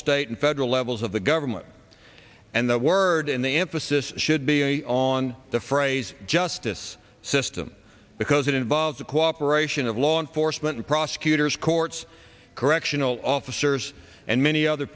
state and federal levels of the government and the word and the emphasis should be a on the phrase justice system because it involves the cooperation of law enforcement prosecutors courts correctional officers and many other